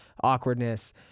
awkwardness